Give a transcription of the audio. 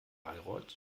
bayreuth